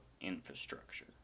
infrastructure